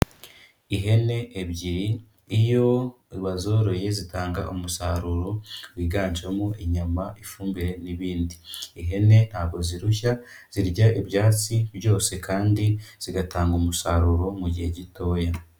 Ihene ebyiri iyo bazoroye zitanga umusaruro wiganjemo inyama ifumbire n'ibindi, ihene ntabwo zirushya zirya ibyatsi byose kandi zigatanga umusaruro mu gihe gitoya.